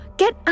get